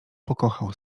pokochał